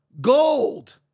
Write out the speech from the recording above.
gold